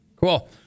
Cool